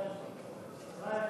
אדוני